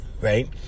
right